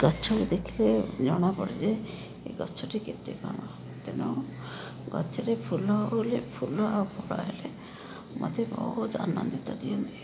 ଗଛକୁ ଦେଖିଲେ ଜଣାପଡ଼େ ଯେ ଏ ଗଛଟି କେତେ ଗଛରେ ଫୁଲ ହୋଇଲେ ଫୁଲ ଆଉ ଫଳ ଆଇଲେ ମତେ ବହୁତ ଆନନ୍ଦିତ ଦିଅନ୍ତି